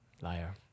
Liar